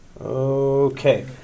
Okay